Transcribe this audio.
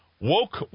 woke